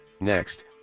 Next